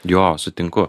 jo sutinku